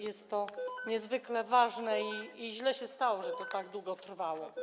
Jest to niezwykle ważne i źle się stało, że to tak długo trwało.